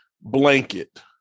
blanket